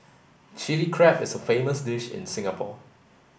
Chilli Crab is a famous dish in Singapore